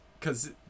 cause